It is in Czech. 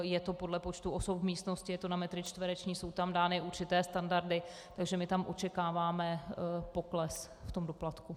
Je to podle počtu osob v místnosti, je to na metry čtvereční, jsou tam dány určité standardy, takže my tam očekáváme pokles v doplatku.